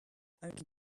own